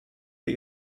der